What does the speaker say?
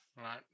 Right